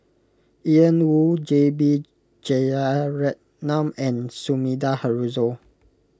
Ian Woo J B Jeyaretnam and Sumida Haruzo